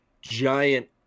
giant